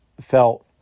felt